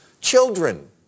children